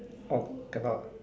orh cannot